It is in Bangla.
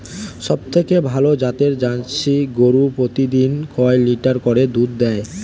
সবথেকে ভালো জাতের জার্সি গরু প্রতিদিন কয় লিটার করে দুধ দেয়?